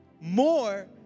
more